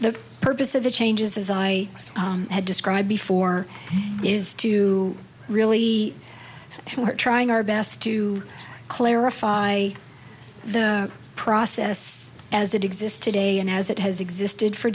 the purpose of the changes as i had described before is to really trying our best to clarify the process as it exists today and as it has existed for